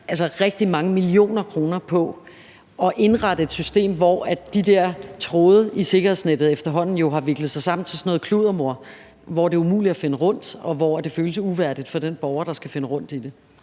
vi jo rigtig mange millioner kroner på at indrette et system, hvor de der tråde i sikkerhedsnettet efterhånden har viklet sig sammen til noget kluddermor, så det er umuligt at finde rundt, og så det føles uværdigt for den borger, der skal finde rundt i det.